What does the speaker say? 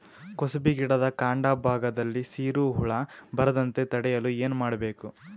ಕುಸುಬಿ ಗಿಡದ ಕಾಂಡ ಭಾಗದಲ್ಲಿ ಸೀರು ಹುಳು ಬರದಂತೆ ತಡೆಯಲು ಏನ್ ಮಾಡಬೇಕು?